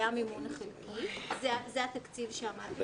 זה התקציב שעמד.